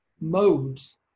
modes